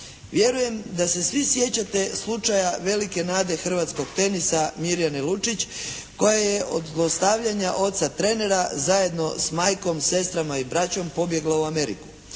Vjerujem da se svi sjećate slučaja velike nade hrvatskog tenisa Mirjane Lučić, koja je od zlostavljanja oca trenera zajedno sa majkom, sestrama i braćom pobjegla u Ameriku.